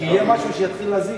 שיהיה משהו שיתחיל להזיז.